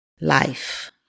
Life